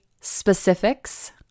specifics